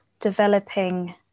developing